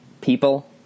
people